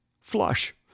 Flush